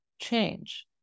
change